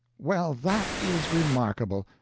well, that is remarkable.